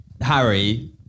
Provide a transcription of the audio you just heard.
Harry